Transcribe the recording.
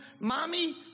Mommy